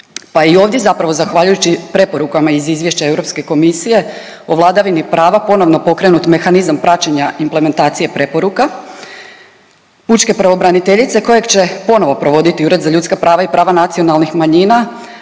je i ovdje zapravo zahvaljujući preporukama iz izvješća Europske komisije o vladavini prava ponovno pokrenut mehanizam praćenja implementacije preporuka pučke pravobraniteljice kojeg će ponovo provoditi Ured za ljudska prava i prava nacionalnih manjina,